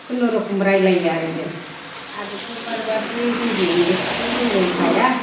खुनुरुखुम रायज्लायो आरो जों आरोथ' बारबाखि हिन्दी इंलिसखौथ' जों रोंखाया